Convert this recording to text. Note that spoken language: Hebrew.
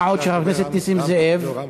מה עוד שחבר הכנסת נסים זאב, אפשר לקבל רמקול?